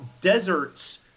deserts